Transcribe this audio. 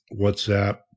WhatsApp